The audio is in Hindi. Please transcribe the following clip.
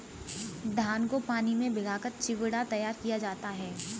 धान को पानी में भिगाकर चिवड़ा तैयार किया जाता है